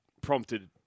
prompted